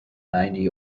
ninety